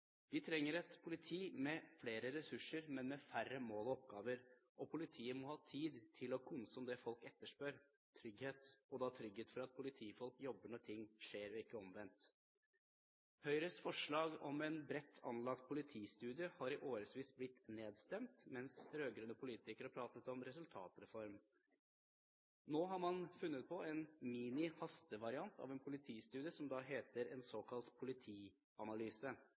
Vi trenger et politi med flere ressurser, men med færre mål og oppgaver, og politiet må ha tid til å «konse om» det folk etterspør: trygghet – og trygghet for at politifolk jobber når ting skjer, og ikke omvendt. Høyres forslag om en bredt anlagt politistudie har i årevis blitt nedstemt, mens rød-grønne politikere har pratet om resultatreform. Nå har man funnet på en mini hastevariant av en politistudie, en såkalt politianalyse.